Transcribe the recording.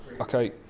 okay